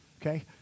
okay